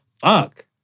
Fuck